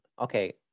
Okay